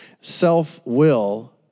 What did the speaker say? self-will